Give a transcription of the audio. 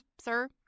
sir